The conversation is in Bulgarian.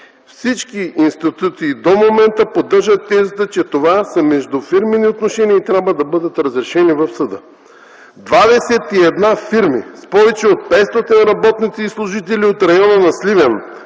Всички институции до момента поддържат тезата, че това са междуфирмени отношения и трябва да бъдат разрешени в съда. Двадесет и една фирми с повече от 500 работници и служители от района на Сливен,